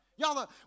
Y'all